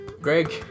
Greg